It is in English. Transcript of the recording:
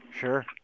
Sure